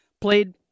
played